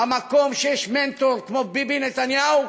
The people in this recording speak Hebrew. במקום שיש מנטור כמו ביבי נתניהו,